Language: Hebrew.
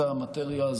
מכירים את המטריה,